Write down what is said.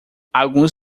alguns